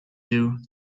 you